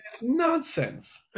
nonsense